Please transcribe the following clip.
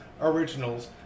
originals